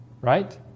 right